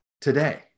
today